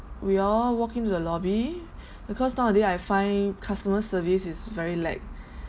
we all walk in to the lobby because nowaday I find customer service is very lack